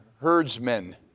herdsmen